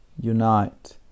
unite